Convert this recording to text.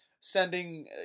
sending